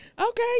okay